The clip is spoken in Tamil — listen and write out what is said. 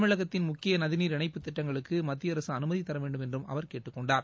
தமிழகத்தின் முக்கிய நதிநீர் இணைப்பத் திட்டங்களுக்கு மத்திய அரசு அனுமதி தர வேண்டும் என்றும் அவர் கேட்டுக்கொண்டார்